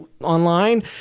online